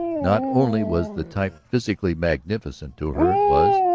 not only was the type physically magnificent to her it was,